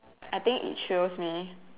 I think it thrills me